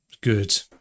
good